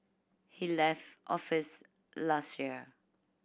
he left office last year